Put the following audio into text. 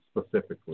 specifically